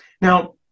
now